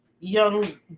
young